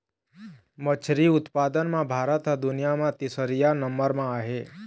मछरी उत्पादन म भारत ह दुनिया म तीसरइया नंबर म आहे